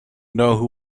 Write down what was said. know